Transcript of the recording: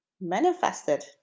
manifested